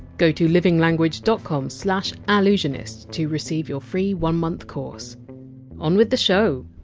go to livinglanguage dot com slash ah allusionist to receive your free one month course on with the show